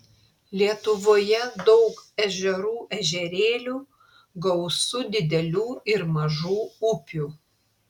lietuvoje daug ežerų ežerėlių gausu didelių ir mažų upių